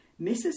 Mrs